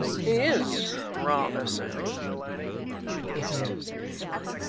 he is rather so replied the guest, sipping his wine.